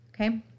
okay